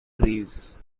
greaves